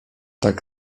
tak